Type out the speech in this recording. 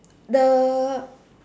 the